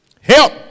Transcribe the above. Help